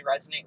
resonate